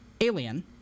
Alien